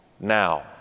Now